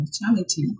mortality